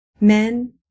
men